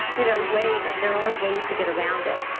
you know wait and there are ways to get around it.